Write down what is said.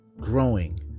growing